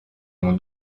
ont